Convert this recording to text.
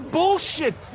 bullshit